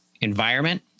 environment